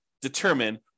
determine